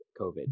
COVID